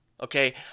Okay